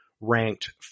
ranked